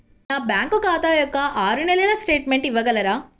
నా బ్యాంకు ఖాతా యొక్క ఆరు నెలల స్టేట్మెంట్ ఇవ్వగలరా?